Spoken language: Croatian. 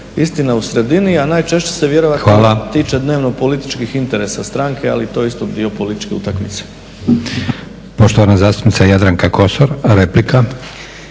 istina u sredini, a najčešće se vjerojatno tiče dnevno-političkih interesa stranke. Ali to je isto dio političke utakmice.